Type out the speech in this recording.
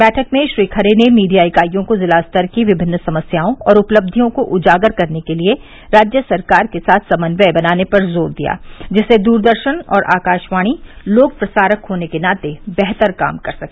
बैठक में श्री खरे ने मीडिया इकाईयों को जिला स्तर की विभिन्न समस्याओं और उपलब्धियों को उजागर करने के लिये राज्य सरकार के साथ समन्वय बनाने पर जोर दिया जिससे दूरदर्शन और आकाशवाणी लोक प्रसारक होने के नाते बेहतर काम कर सके